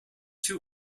two